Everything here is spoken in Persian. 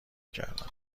کردم